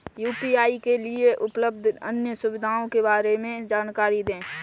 UPI के लिए उपलब्ध अन्य सुविधाओं के बारे में जानकारी दें?